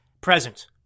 present